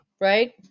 right